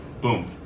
boom